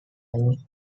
own